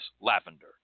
lavender